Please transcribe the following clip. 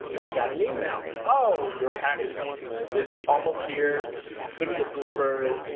i got an email oh, your package is almost here. it couldn't get delivered.